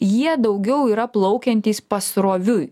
jie daugiau yra plaukiantys pasroviui